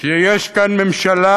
כי יש כאן ממשלה,